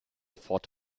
fort